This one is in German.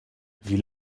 wie